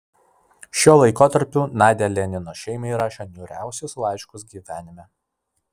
šiuo laikotarpiu nadia lenino šeimai rašė niūriausius laiškus gyvenime